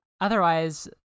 otherwise